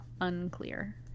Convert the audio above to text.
unclear